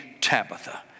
Tabitha